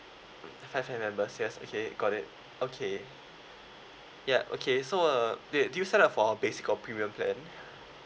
five family members yes okay got it okay ya okay so uh did did you sign up for our basic or premium plan